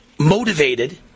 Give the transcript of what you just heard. motivated